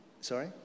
Sorry